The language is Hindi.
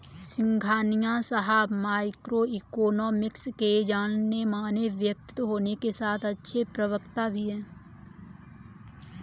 सिंघानिया साहब माइक्रो इकोनॉमिक्स के जानेमाने व्यक्तित्व होने के साथ अच्छे प्रवक्ता भी है